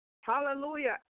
hallelujah